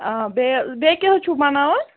آ بیٚیہِ بیٚیہِ کیٛاہ حظ چھِو بَناوان